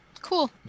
cool